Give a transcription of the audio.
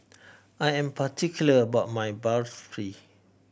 I am particular about my Barfi